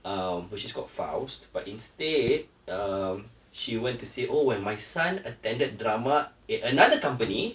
um which is called Faust but instead um she went to say oh when my son attended drama at another company